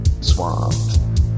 Swamp